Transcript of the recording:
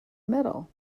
medal